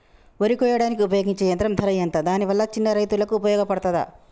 వరి కొయ్యడానికి ఉపయోగించే యంత్రం ధర ఎంత దాని వల్ల చిన్న రైతులకు ఉపయోగపడుతదా?